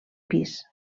pis